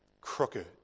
crooked